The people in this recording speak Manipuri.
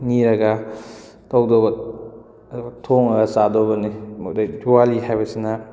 ꯅꯤꯔꯒ ꯇꯧꯗꯧꯕ ꯑꯗꯨꯒ ꯊꯣꯡꯉꯒ ꯆꯥꯗꯧꯕꯅꯤ ꯗꯤꯋꯥꯂꯤ ꯍꯥꯏꯕꯁꯤꯅ